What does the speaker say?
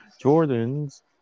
Jordan's